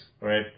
right